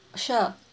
sure